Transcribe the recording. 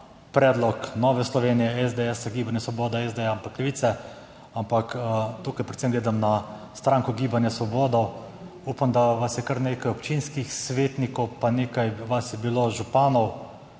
predlog Nove Slovenije, SDS, Gibanja Svoboda, SD, Levice. Ampak tukaj predvsem gledam na stranko Gibanje Svoboda, upam, da vas je kar nekaj občinskih svetnikov, pa nekaj vas je bilo županov.